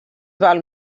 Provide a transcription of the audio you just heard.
val